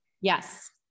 Yes